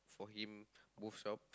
for him moved shop